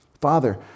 Father